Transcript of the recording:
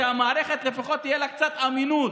כדי שלפחות תהיה למערכת קצת אמינות.